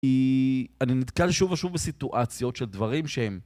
אני נתקל שוב ושוב בסיטואציות של דברים שהם...